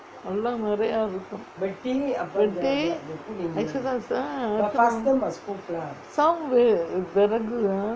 எல்லாம் நெறைய இருக்கும் வெட்டி:ellam neraiya irukkum vetti exercise ah some விறகு:viragu ah